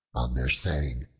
on their saying,